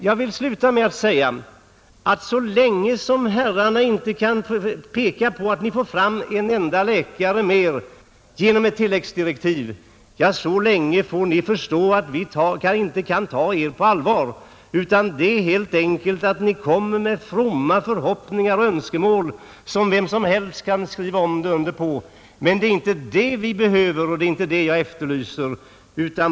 Jag vill sluta med att säga, att så länge herrarna inte kan peka på att ni får fram en enda läkare mer genom tilläggsdirektiv, så länge får ni förstå att vi inte kan ta er på allvar. Det är helt enkelt på det sättet att ni hyser fromma förhoppningar och önskemål, som vem som helst kan skriva under på. Men det är inte det vi behöver och det är inte det jag efterlyser.